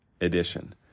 edition